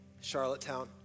Charlottetown